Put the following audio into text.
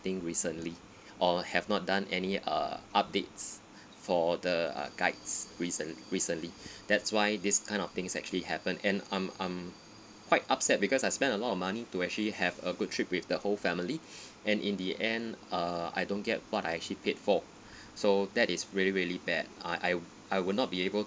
vetting recently or have not done any uh updates for the uh guides recentl~ recently that's why this kind of things actually happened and um um quite upset because I spent a lot of money to actually have a good trip with the whole family and in the end uh I don't get what I actually paid for so that is really really bad I I w~ I would not be able